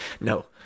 No